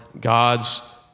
God's